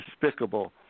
despicable